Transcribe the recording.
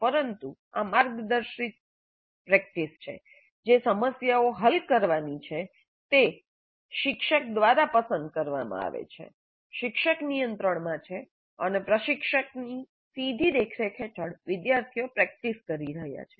પરંતુ આ માર્ગદર્શિત પ્રેક્ટિસ છે જે સમસ્યાઓ હલ કરવાની છે તે શિક્ષક દ્વારા પસંદ કરવામાં આવે છે શિક્ષક નિયંત્રણમાં છે અને પ્રશિક્ષકની સીધી દેખરેખ હેઠળ વિદ્યાર્થીઓ પ્રેક્ટિસ કરી રહ્યા છે